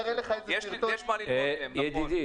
יש מה ללמוד מהם, נכון.